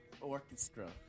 Orchestra